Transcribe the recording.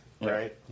Right